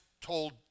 told